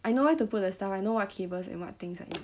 I know where to put the stuff I know what cables and what things like